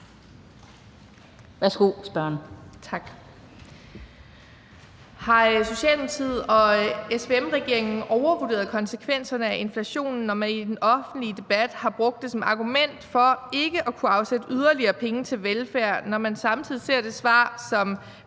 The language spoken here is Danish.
Bech-Nielsen (SF): Tak. Har Socialdemokratiet og SVM-regeringen overvurderet konsekvenserne af inflationen, når man i den offentlige debat har brugt det som argument for ikke at kunne afsætte yderligere penge til velfærd, når man samtidig ser det svar, som